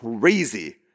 crazy